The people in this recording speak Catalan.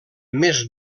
més